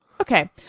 Okay